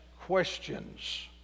questions